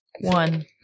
One